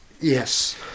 yes